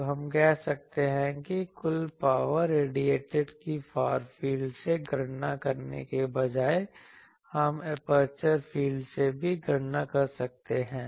तो हम कह सकते हैं कि कुल पावर रेडिएटिड की फार फील्ड से गणना करने के बजाय हम एपर्चर फील्ड से भी गणना कर सकते हैं